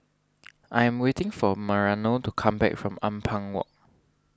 I am waiting for Mariano to come back from Ampang Walk